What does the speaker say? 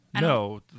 No